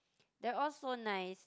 they're all so nice